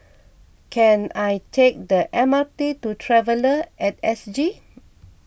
can I take the MRT to Traveller at S G